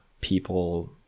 people